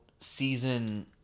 season